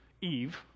Eve